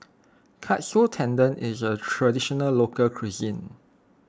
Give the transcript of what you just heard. Katsu Tendon is a Traditional Local Cuisine